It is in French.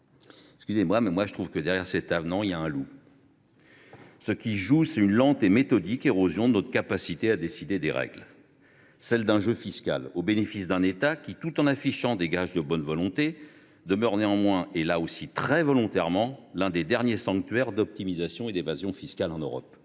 Pardonnez moi, mais il me semble que cet avenant cache un loup. Ce qui est en jeu, c’est une lente et méthodique érosion de notre capacité à décider des règles, celles d’un jeu fiscal au bénéfice d’un État qui, tout en affichant des gages de bonne volonté, demeure néanmoins, et très volontairement, l’un des derniers sanctuaires d’optimisation et d’évasion fiscales en Europe.